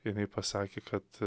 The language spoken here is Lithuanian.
jinai pasakė kad